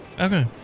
Okay